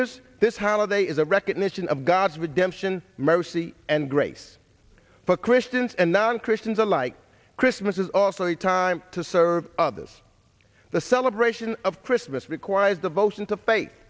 rs this holiday is a recognition of god's redemption mercy and grace for christians and non christians alike christmas is also a time to serve others the celebration of christmas requires devotion to fa